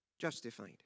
Justified